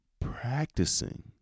practicing